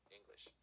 English